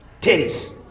Titties